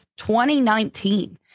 2019